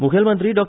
मुखेलमंत्री डॉ